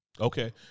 Okay